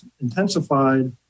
intensified